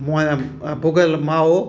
मोयम भुॻल माओ